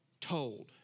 told